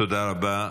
תודה רבה.